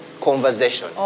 conversation